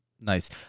Nice